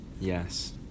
Yes